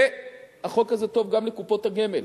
והחוק הזה טוב גם לקופות הגמל,